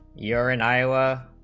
year and iyo